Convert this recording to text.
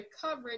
coverage